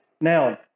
Now